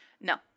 No